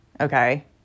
okay